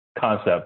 concept